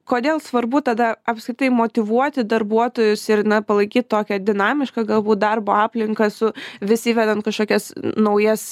kodėl svarbu tada apskritai motyvuoti darbuotojus ir palaikyt tokią dinamišką galbūt darbo aplinką su vis įvedant kažkokias naujas